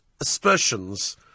aspersions